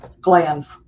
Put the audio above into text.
glands